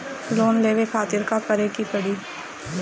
Loan लेवे खातिर का करे के पड़ी?